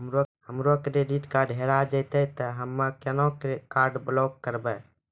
हमरो credit card हेरा जेतै ते हम्मय केना कार्ड ब्लॉक करबै?